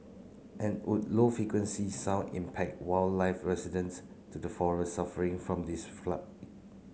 and would low frequency sound impact wildlife residents to the forests suffering from these